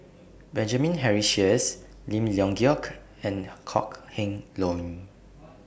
Benjamin Henry Sheares Lim Leong Geok and Kok Heng Leun